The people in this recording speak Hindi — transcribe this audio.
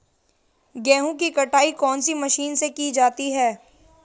गेहूँ की कटाई कौनसी मशीन से की जाती है?